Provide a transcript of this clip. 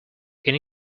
can